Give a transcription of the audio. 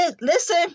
Listen